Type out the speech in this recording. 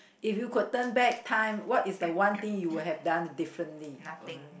if you could turn back time what is the one thing you would have done differently